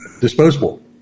disposable